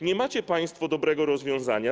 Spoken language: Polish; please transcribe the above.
Nie macie państwo dobrego rozwiązania.